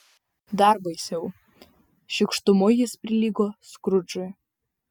dar baisiau šykštumu jis prilygo skrudžui